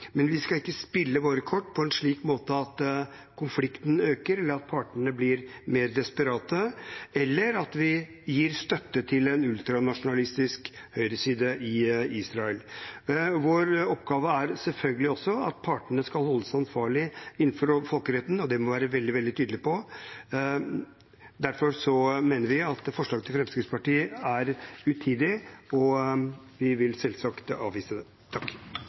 men vi skal ikke spille våre kort på en slik måte at konflikten øker ved at partene blir mer desperate, eller at vi gir støtte til en ultranasjonalistisk høyreside i Israel. Vår oppgave er selvfølgelig også at partene skal holdes ansvarlige innenfor folkeretten, og det må vi være veldig, veldig tydelige på. Derfor mener vi at forslaget til Fremskrittspartiet er utidig, og vi vil selvsagt avvise det.